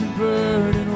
burden